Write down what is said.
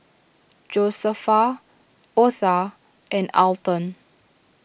Josefa Otha and Alton